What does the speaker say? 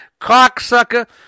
cocksucker